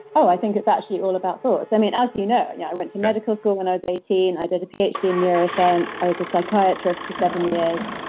oh, i think it's actually all about thoughts. i mean, as you know, yeah i went to medical school when i was eighteen. i did a phd in neuroscience. i was a psychiatrist for seven years.